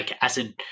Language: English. acid